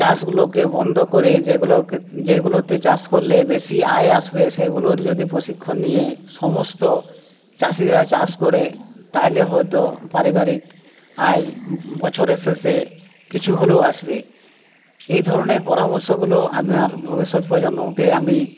চাষগুলোকে বন্ধ করে যেগুলোকে যেগুলোতে চাষ করলে বেশি আয় আসবে সেগুলোর যদি প্রশিক্ষণ নিয়ে সমস্ত চাষিরা চাষ করে তাইলে হয়তো পারিবারিক আয় বছরের শেষে কিছু হলেও আসবে এই ধরণের পরামর্শগুলো আমার ভবিষ্যৎ প্রজন্মকে আমি